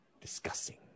discussing